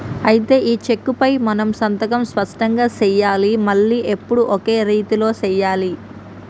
అయితే ఈ చెక్కుపై మనం సంతకం స్పష్టంగా సెయ్యాలి మళ్లీ ఎప్పుడు ఒకే రీతిలో సెయ్యాలి